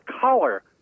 color